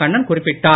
கண்ணன் குறிப்பிட்டார்